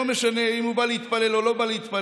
לא משנה אם הוא בא להתפלל או לא בא להתפלל.